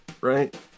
Right